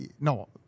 No